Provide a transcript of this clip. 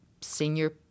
senior